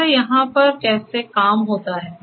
जैसे यहाँ पर कैसे काम होता है